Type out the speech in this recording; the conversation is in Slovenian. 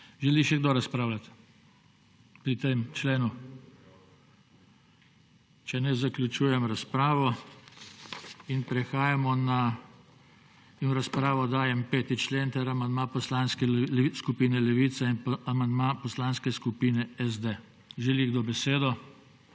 Želi še kdo razpravljati pri tem členu? Če ne, zaključujem razpravo. V razpravo dajem 5. člen ter amandma Poslanske skupine Levica in pa amandma Poslanske skupine SD. Želi kdo besedo?